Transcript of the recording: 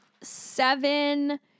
seven